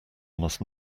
must